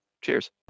cheers